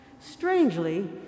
Strangely